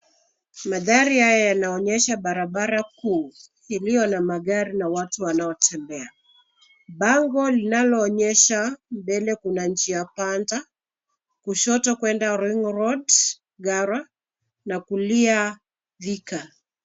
Magari haya yanaonyesha barabara kuu iliyo na magari na watu wanaotembea. Bango linaloonyesha mbele kuna njia panda kushoto kuenda ringroad Ngara na kulia Thika